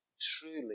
truly